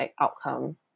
outcome